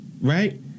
Right